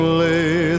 lay